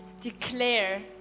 declare